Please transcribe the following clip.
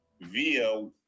via